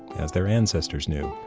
as their ancestors knew,